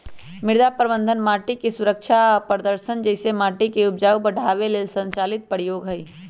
मृदा प्रबन्धन माटिके सुरक्षा आ प्रदर्शन जइसे माटिके उपजाऊ बढ़ाबे लेल संचालित प्रयोग हई